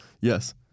Yes